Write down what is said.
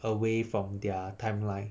away from their timeline